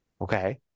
Okay